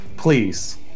Please